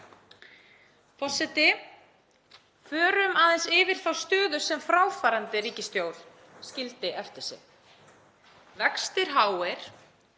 Forseti. Förum aðeins yfir þá stöðu sem fráfarandi ríkisstjórn skildi eftir sig. Vextir háir,